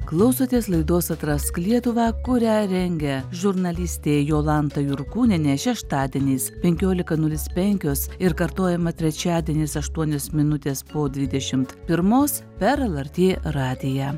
klausotės laidos atrask lietuvą kurią rengia žurnalistė jolanta jurkūnienė šeštadienis penkiolika nulis penkios ir kartojama trečiadienis aštuonios minutės po dvidešimt pirmos per lrt radiją